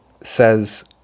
says